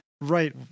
Right